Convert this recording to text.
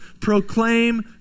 proclaim